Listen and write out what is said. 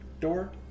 door